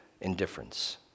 indifference